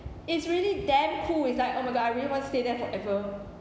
it's really damn cool it's like oh my god I really want to stay there forever